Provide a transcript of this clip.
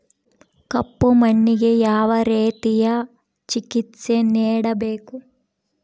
ಕಪ್ಪು ಮಣ್ಣಿಗೆ ಯಾವ ರೇತಿಯ ಚಿಕಿತ್ಸೆ ನೇಡಬೇಕು?